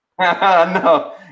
No